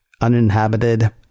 Uninhabited